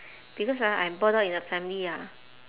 because ah I'm brought up in a family ah